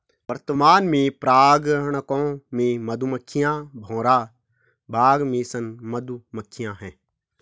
वर्तमान में परागणकों में मधुमक्खियां, भौरा, बाग मेसन मधुमक्खियाँ है